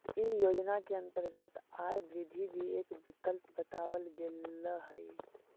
इ योजना के अंतर्गत आय वृद्धि भी एक विकल्प बतावल गेल हई